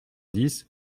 dix